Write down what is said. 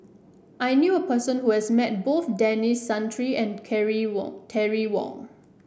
I knew a person who has met both Denis Santry and Carry Wong Terry Wong